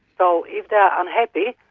so if they're unhappy,